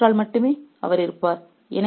அவர் தோற்றால் மட்டுமே அவர் இருப்பார்